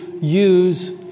use